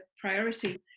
priority